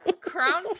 crown